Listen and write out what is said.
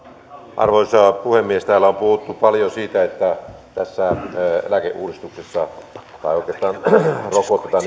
arvoisa puhemies täällä on puhuttu paljon siitä että tässä eläkeuudistuksessa oikeastaan rokotetaan